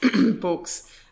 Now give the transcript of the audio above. books